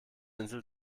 insel